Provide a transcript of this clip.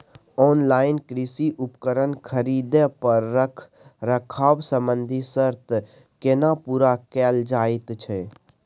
Online कृषि उपकरण खरीद पर रखरखाव संबंधी सर्त केना पूरा कैल जायत छै?